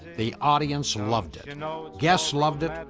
the audience and loved it. you know guests loved it.